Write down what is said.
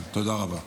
תודה רבה.